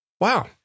Wow